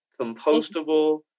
compostable